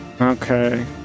Okay